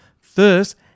First